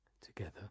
Together